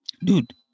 Dude